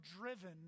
driven